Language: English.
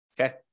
Okay